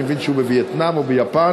אני מבין שהוא בווייטנאם או ביפן,